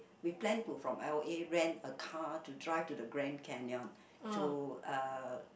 we plan to from L_A rent a car to drive to the Grand-Canyon to uh